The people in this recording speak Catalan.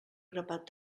grapat